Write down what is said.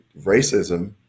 Racism